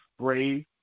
brave